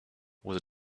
was